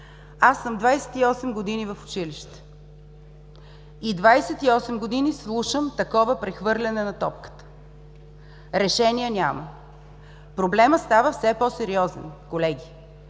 Аз съм 28 години в училище и 28 години слушам такова прехвърляне на топката. Решения няма. Проблемът става все по сериозен, колеги.